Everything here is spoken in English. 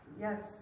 yes